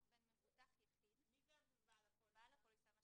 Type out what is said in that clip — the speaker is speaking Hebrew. בין מבוטח יחיד -- מי זה בעל הפוליסה?